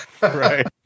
right